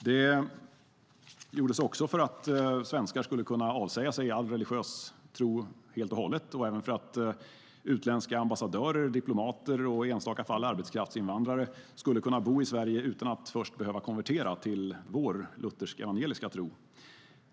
Det gjordes också för att svenskar skulle kunna avsäga sig all religiös tro helt och hållet och även för att utländska ambassadörer, diplomater och i enstaka fall arbetskraftsinvandrare skulle kunna bo i Sverige utan att först behöva konvertera till vår luthersk-evangeliska tro.